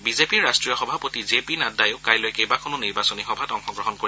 বিজেপিৰ ৰাষ্ট্ৰীয় সভাপতি জে পি নাড্ডাইও কাইলৈ কেইবাখনো নিৰ্বাচনী সভাত অংশ গ্ৰহণ কৰিব